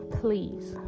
please